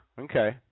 okay